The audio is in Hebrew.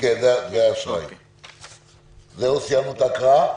האם יש מקום להוסיף הקלה זו?